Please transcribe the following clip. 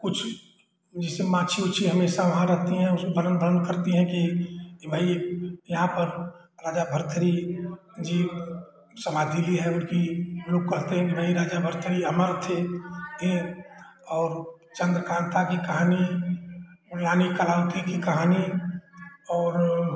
कुछ जैसे माछी उछी हमेशा वहाँ रहती हैं उसमें भरम भन करती हैं की ये भाई यहाँ पर राजा भर्तृहरि जी समाधि लिये हैं उनकी लोग कहते हैं की नहीं राजा भर्तृहरि अमर थे ये और चंद्रकांता की कहानी रानी कलावती की कहानी और